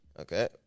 Okay